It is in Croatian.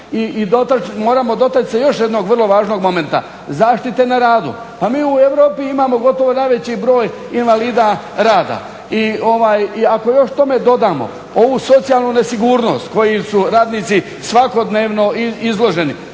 I moramo se dotaći još jednog vrlo važnog momenta, zaštite na radu. Pa mi u Europi imamo gotovo najveći broj invalida rada i ako još tome dodamo ovu socijalnu nesigurnost kojom su radnici svakodnevno izloženi